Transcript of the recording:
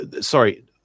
sorry